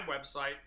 website